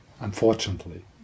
unfortunately